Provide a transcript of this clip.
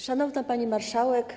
Szanowna Pani Marszałek!